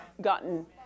gotten